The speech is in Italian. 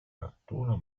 arturo